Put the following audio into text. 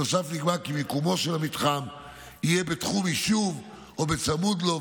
בנוסף נקבע כי מיקומו של המתחם יהיה בתחום יישוב או צמוד לו,